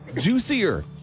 juicier